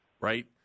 right